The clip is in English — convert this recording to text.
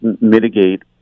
mitigate